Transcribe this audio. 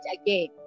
again